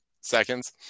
seconds